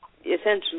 essentially